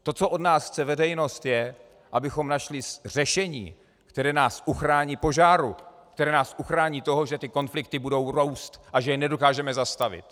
To, co od nás chce veřejnost, je, abychom našli řešení, které nás uchrání požáru, které nás uchrání toho, že ty konflikty budou růst a že je nedokážeme zastavit.